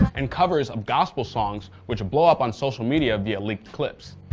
and covers of gospel songs which blow up on social media via leaked clips.